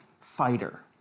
fighter